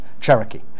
Cherokee